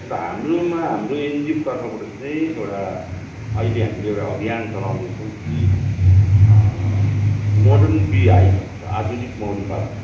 अन्त हाम्रोमा हाम्रो एनजिओकोतर्फबाट चाहिँ एउटा अहिले हामीले एउटा अभियान चलाउँदैछौँ कि मोर्डन बी हाइभ भन्छ आधुनिक मौरी पालन